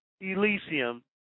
Elysium